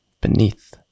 beneath